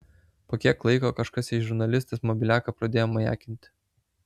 po kiek laiko kažkas į žurnalistės mobiliaką pradėjo majakinti